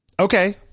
Okay